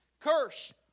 curse